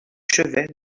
chevet